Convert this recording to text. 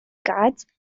gardens